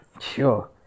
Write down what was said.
Sure